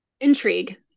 intrigue